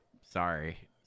sorry